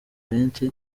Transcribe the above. benshi